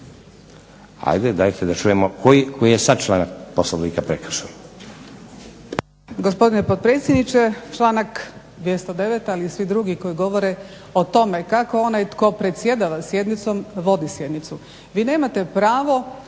Ajde dajte da čujemo koji je sad članak Poslovnika prekršen.